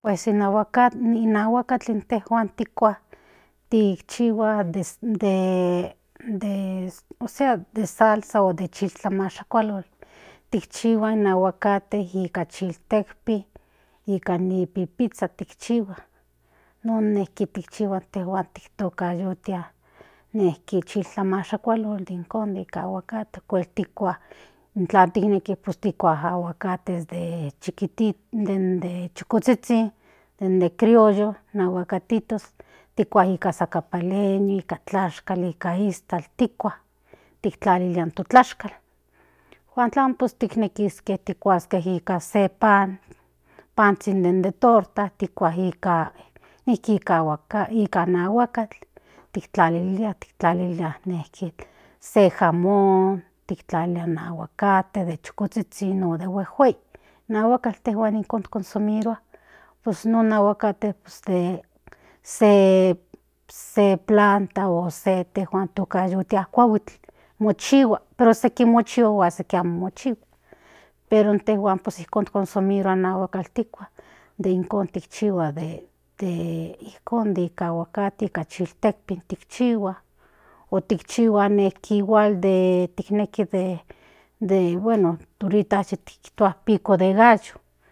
Pues in ahuakatl intejuan tikua de ósea de salsa o de chiltlamshakualotl tikchihuan in aguacate nika chiltekpin nika ni pipista tikchihua non tikchihua intejuan tiktoka non chiltlamashakualotl de ijkon nika aguacate okuel tikua intla kineki tikua in aguacate den de chukozhizhin den de criollo in aguacatitos tikua nika sacapaleño nika tlashkal nika iztakl tikua tiktlalilia in to tlashkal o tlamo tiknekiske tlakuaske nika se panzhin den de torta tikua nika aguakal tiktlalilia nejki se jamon tiktlalilia in aguacate de chukozhizhin o de huejuei in aguakalt ijkon cosnsomirua pues non agucate de se plata intejua motokayotia kuahuitl mochihua pero amo okseki mochihua pero intejuan ijkon consomirua in aguakatl tikua de ijkon chihua de ijkon nika aguacate nika chiltekpin tikchihua otikchihua igual tikneki bueno ahori tik tua pico de gallo.